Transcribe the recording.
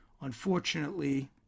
unfortunately